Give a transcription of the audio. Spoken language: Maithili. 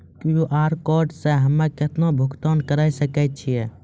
क्यू.आर कोड से हम्मय केतना भुगतान करे सके छियै?